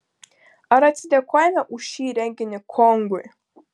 ar atsidėkojame už šį renginį kongui